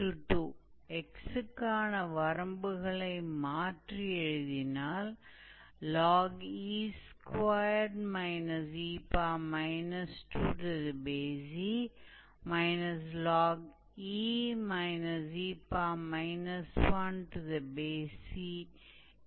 तो यह वह फॉर्मूला है जिसका हम यहां उपयोग कर रहे हैं